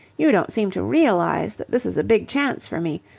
you don't seem to realize that this is a big chance for me.